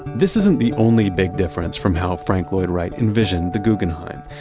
this isn't the only big difference from how frank lloyd wright envisioned the guggenheim.